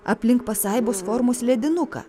aplink pasaibos formos ledinuką